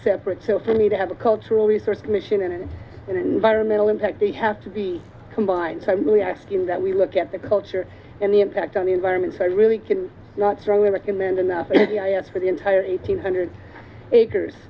separate so for me to have a cultural resource mission and environmental impact they have to be combined time we are asking that we look at the culture and the impact on the environment so i really can not strongly recommend enough for the entire eight hundred acres